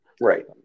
right